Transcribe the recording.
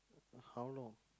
how long